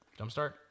Jumpstart